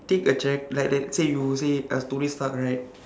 take a charac~ like let's say you say uh tony stark right